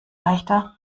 leichter